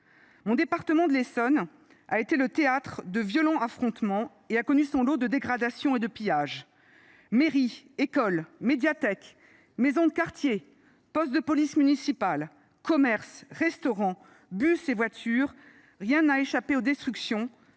Mon département, l’Essonne, a été le théâtre de violents affrontements et a connu son lot de dégradations et de pillages. Mairies, écoles, médiathèques, maisons de quartier, postes de police municipale, commerces, restaurants, bus et voitures : rien n’a échappé aux destructions.